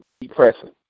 Depressing